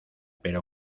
pero